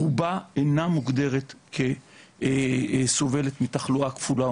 רובה אינה מוגדרת כסובלת מתחלואה כפולה,